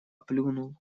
плюнул